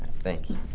thank you.